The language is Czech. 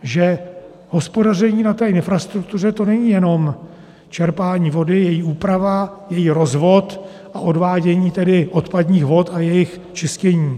Že hospodaření na té infrastruktuře, to není jenom čerpání vody, její úprava, její rozvod a odvádění tedy odpadních vod a jejich čištění.